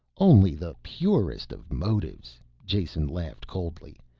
only the purest of motives, jason laughed coldly.